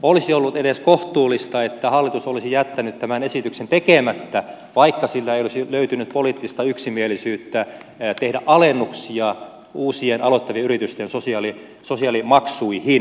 olisi ollut edes kohtuullista että hallitus olisi jättänyt tämän esityksen tekemättä vaikka sillä ei olisi löytynyt poliittista yksimielisyyttä tehdä alennuksia uusien aloittavien yritysten sosiaalimaksuihin